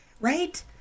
right